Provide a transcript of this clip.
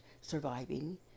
surviving